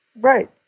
Right